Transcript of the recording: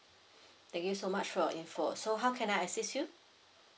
thank you so much for your info so how can I assist you